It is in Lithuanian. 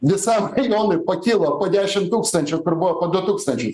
visam rajonui pakilo po dešim tūkstančių kur buvo po du tūkstančiai